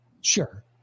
Sure